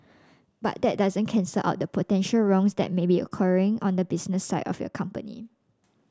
but that doesn't cancel out the potential wrongs that may be occurring on the business side of your company